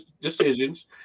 decisions